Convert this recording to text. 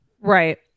right